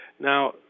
Now